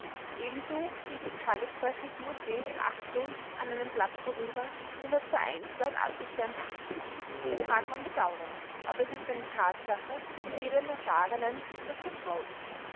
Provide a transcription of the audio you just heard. ebenso geht die tagespresse durchweg achtlos an einem blatt vorüber das als vereinsblatt abgestempelt ist das mag man bedauern aber es ist eine tatsache und jedem erfahrenen ist das vertraut